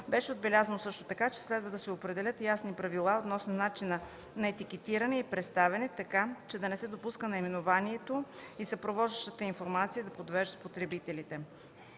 Беше отбелязано също така, че следва да се определят ясни правила относно начина на етикетиране и представяне, така че да не се допуска наименованието и съпровождащата информация да подвежда потребителите.